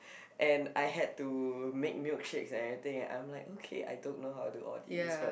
and I had to make milkshakes and everything and I'm like I don't know how to do all these but